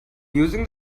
using